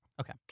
Okay